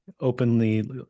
openly